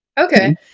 Okay